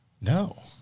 No